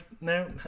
No